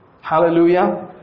Hallelujah